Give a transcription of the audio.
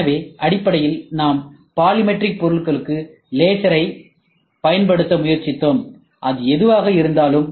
எனவே அடிப்படையில் நாம் பாலிமெரிக் பொருட்களுக்கு லேசரைப் பயன்படுத்த முயற்சித்தோம் அது எதுவாக இருந்தாலும்